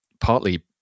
partly